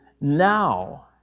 now